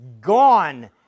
gone